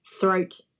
throat